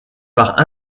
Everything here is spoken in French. par